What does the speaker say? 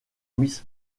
miss